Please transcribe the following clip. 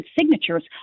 signatures